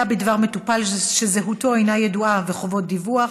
בדבר מטופל שזהותו אינה ידועה וחובות דיווח),